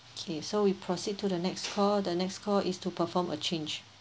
okay so we proceed to the next call the next call is to perform a change